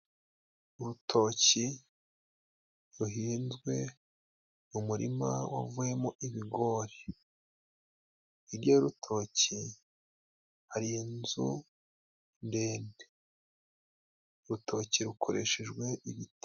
Urutoki ruhinzwe mu murima wavuyemo ibigori, hirya y'urutoki hari inzu ndende urutoki rukoreshejwe ibiti.